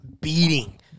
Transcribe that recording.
beating